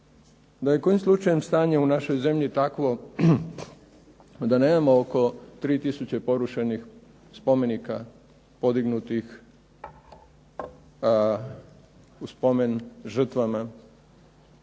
Da je kojim slučajem stanje u našoj zemlji takvo da nemamo oko 3000 porušenih spomenika podignutih u spomen žrtvama